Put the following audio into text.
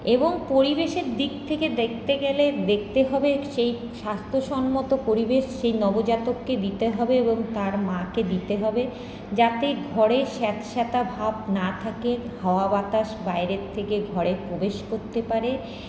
এবং পরিবেশের দিক থেকে দেখতে গেলে দেখতে হবে সেই স্বাস্থ্যসম্মত পরিবেশ সেই নবজাতককে দিতে হবে এবং তার মাকে দিতে হবে যাতে ঘরের স্যাঁতসেঁতে ভাব না থাকে হাওয়া বাতাস বাইরের থেকে ঘরে প্রবেশ করতে পারে